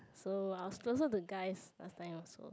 so I was closer to guys last time also